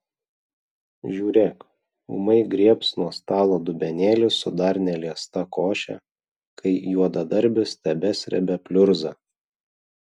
žiūrėk ūmai griebs nuo stalo dubenėlį su dar neliesta koše kai juodadarbis tebesrebia pliurzą